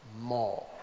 more